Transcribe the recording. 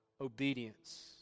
obedience